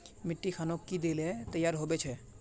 मिट्टी खानोक की दिले तैयार होबे छै?